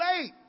late